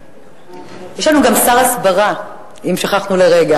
יש לנו גם שר הסברה, אם שכחנו לרגע.